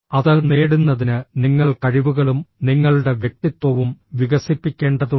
അത് നേടുന്നതിന് നിങ്ങൾ കഴിവുകളും നിങ്ങളുടെ വ്യക്തിത്വവും വികസിപ്പിക്കേണ്ടതുണ്ട്